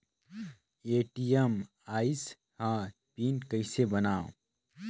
ATM आइस ह PIN कइसे बनाओ?